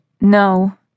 No